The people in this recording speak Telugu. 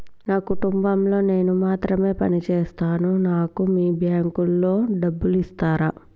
నా కుటుంబం లో నేను మాత్రమే పని చేస్తాను నాకు మీ బ్యాంకు లో డబ్బులు ఇస్తరా?